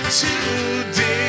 today